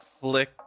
Flick